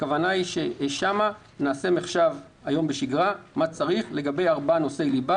הכוונה היא ששם נקדיש היום בשגרה מחשבה מה צריך לגבי ארבעה נושאי ליבה.